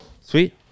Sweet